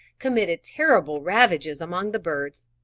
committed terrible ravages among the birds.